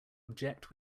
object